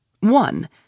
One